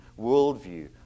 worldview